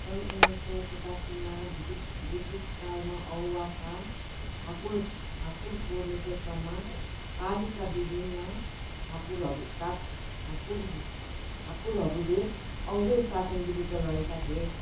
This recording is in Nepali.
सन् उन्नाइसौ सतासीमा ब्रिटिस ब्रिटिसकालमा औवाका ठाकुर ठाकुरको नेतृत्वमा पालीका विभिन्न ठाकुरहरू टा ठाकुर ठाकुरहरूले अङ्ग्रेज शासनबिरुद्ध लडेका थिए